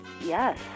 Yes